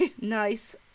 Nice